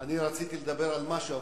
אני רציתי לדבר על משהו,